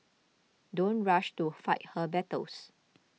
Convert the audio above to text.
don't rush to fight her battles